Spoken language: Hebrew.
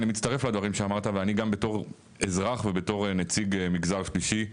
אני מצטרף לדברים שאמרת ואני גם בתור אזרח ובתור נציג מגזר שלישי,